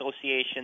Association